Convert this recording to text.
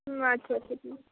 হুম আচ্ছা আচ্ছা ঠিক আছে